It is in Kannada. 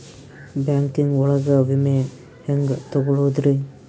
ಬ್ಯಾಂಕಿಂಗ್ ಒಳಗ ವಿಮೆ ಹೆಂಗ್ ತೊಗೊಳೋದ್ರಿ?